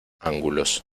ángulos